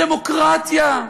דמוקרטיה,